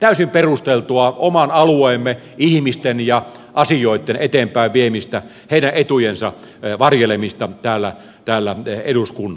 täysin perusteltua oman alueemme ihmisten ja asioitten eteenpäinviemistä heidän etujensa varjelemista täällä eduskunnassa